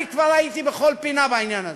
אני כבר הייתי בכל פינה בעניין הזה,